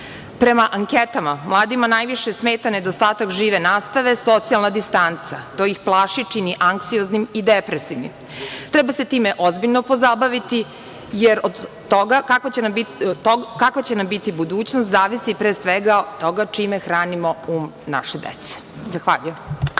anketama, mladima najviše smeta nedostatak žive nastave, socijalna distanca. To ih plaši, čini anksioznim i depresivnim. Treba se time ozbiljno pozabaviti, jer od to kakva će nam biti budućnost zavisi pre svega od toga čime hranimo um naše dece. Zahvaljujem.